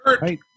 Right